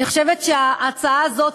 אני חושבת שההצעה הזאת,